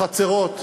החצרות,